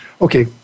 Okay